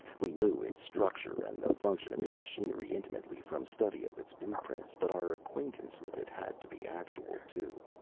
we knew its structure and the function of its machinery intimately from study of its blueprints. but our acquaintance with it had to be actual, too.